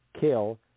kill